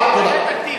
היה תקדים.